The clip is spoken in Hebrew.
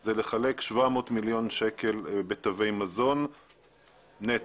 הוא לחלק 700 מיליון שקלים בתווי מזון נטו.